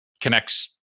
connects